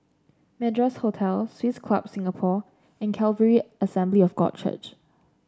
Madras Hotel Swiss Club Singapore and Calvary Assembly of God Church